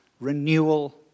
Renewal